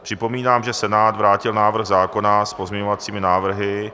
Připomínám, že Senát vrátil návrh zákona s pozměňovacími návrhy.